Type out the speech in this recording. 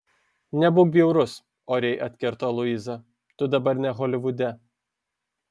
nebūk bjaurus oriai atkirto luiza tu dabar ne holivude